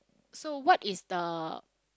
so what is the